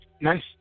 Nice